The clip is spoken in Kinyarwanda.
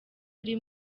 uri